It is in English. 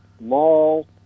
mall